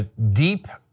ah deep.